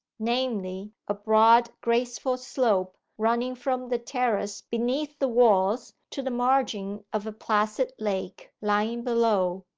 namely, a broad, graceful slope running from the terrace beneath the walls to the margin of a placid lake lying below,